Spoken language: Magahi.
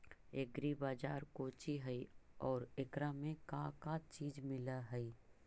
एग्री बाजार कोची हई और एकरा में का का चीज मिलै हई?